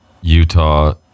Utah